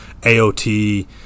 AOT